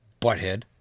Butthead